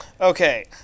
Okay